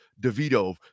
Devito